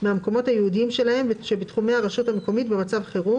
מהמקומות הייעודיים שלהן שבתחומי הרשות המקומית במצב חירום,